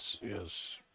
yes